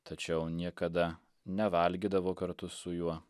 tačiau niekada nevalgydavo kartu su juo